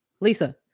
Lisa